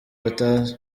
batazi